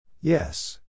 Yes